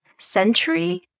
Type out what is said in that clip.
century